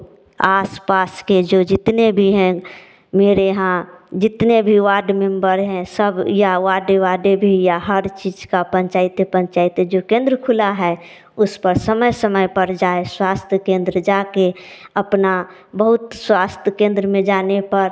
आस पास के जो जितने भी हैं मेरे यहाँ जितने भी वार्ड मेंबर हैं सब या वाडे वाडे भी या हर चीज़ का पंचायते पंचायते जो केंद्र खुला है उस पर समय समय पर जाए स्वास्थ्य केंद्र जाकर अपना बहुत स्वास्थ्य केंद्र में जाने पर